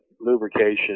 lubrication